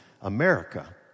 America